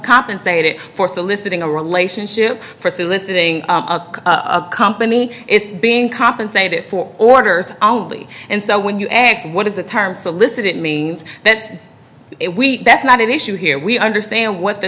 compensated for soliciting a relationship for soliciting a company it's being compensated for orders only and so when you ask what is the term solicit it means that's it we that's not an issue here we understand what the